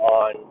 on